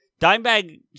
Dimebag